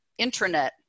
intranet